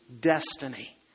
destiny